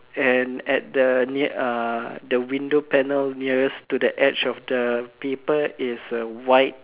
and at the near uh the window panel nearest to the edge of the paper is a white